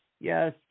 yes